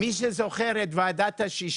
מי שזוכר את ועדת השישה,